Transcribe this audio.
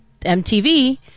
MTV